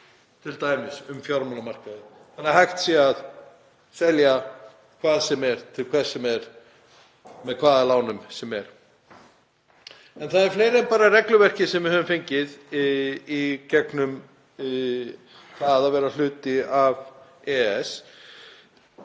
t.d. um fjármálamarkaði þannig að hægt sé að selja hvað sem er til hvers sem er með hvaða lánum sem er? En það er fleira en bara regluverkið sem við höfum fengið í gegnum það að vera hluti af EES.